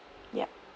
yup